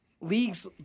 league's